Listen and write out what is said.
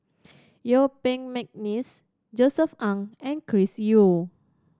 Yuen Peng McNeice Josef Ng and Chris Yeo